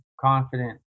Confident